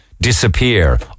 disappear